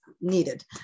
needed